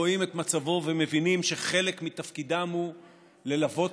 רואים את מצבו ומבינים שחלק מתפקידם הוא ללוות